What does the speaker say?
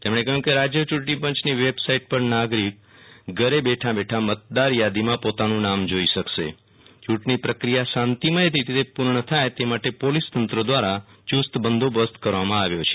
તેમણે કહ્યું કે રાજ્ય ચ્યું ટેણી પંચની વેબસાઇટ પર નાગરિક ઘરે બેઠાબેઠા મતદાર યોદીમાં પોતાનું નામજોઇ શકશે યુંટણી પ્રક્રિયા શાંતિપુર્ણ રીતે પુર્ણ થાય તે માટે પોલીસ્ તંત્ર દ્રારા યુસ્ત બંદોબસ્ત કર વા માં આવ્યો છે